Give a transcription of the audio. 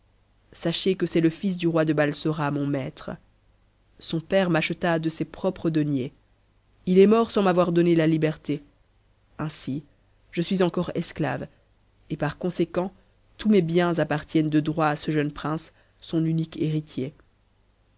sachez que c'est le fils du roi de balsora mon maître son père m'acheta de ses propres deniers l est mort sans m'avoir donné la liainsi je suis encore esclave et par conséquent tous mes biens pa nnent de droit à cp jeune prince son unique héritier